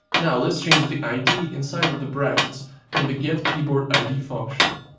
now let's change the id inside of the brackets in the get keyboard id function.